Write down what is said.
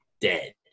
Dead